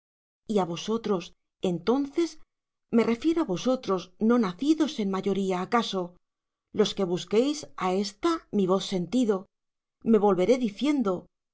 á vosotros entonces me refiero á vosotros no nacidos en mavoría acaso los que busquéis á esta mi voz sentido me volveré diciendo